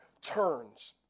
turns